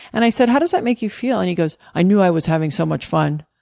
and i said how does that make you feel? and he goes, i knew i was having so much fun.